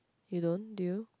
you don't do you